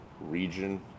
region